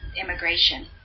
immigration